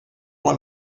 one